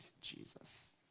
Jesus